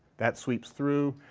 that sweeps through.